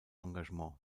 engagement